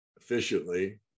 efficiently